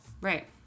right